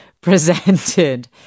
presented